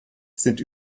sind